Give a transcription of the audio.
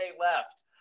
left